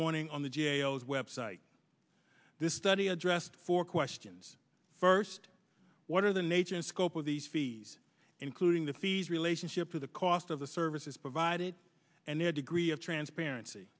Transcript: morning on the website this study addressed four questions first what are the nature and scope of these fees including the in ship for the cost of the services provided and their degree of transparency